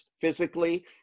physically